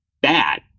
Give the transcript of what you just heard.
bad